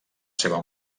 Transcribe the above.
seva